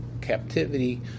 captivity